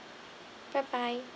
bye bye